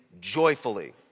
joyfully